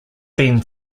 then